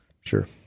sure